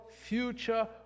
future